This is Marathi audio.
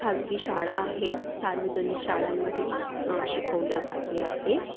खाजगी शाळा आहेत सार्वजनिक शाळांमध्ये शिकवले जाते आहे